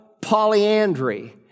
polyandry